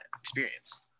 experience